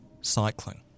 cycling